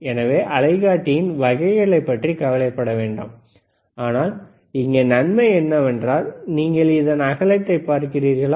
எனவே அலைக்காட்டியின் வகைகளை பற்றி கவலைப்பட வேண்டாம் ஆனால் இங்கே நன்மை என்னவென்றால் நீங்கள் இதன் அகலத்தைப பார்க்கிறீர்களா